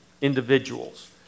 individuals